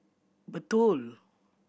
BPTUOL